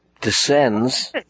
descends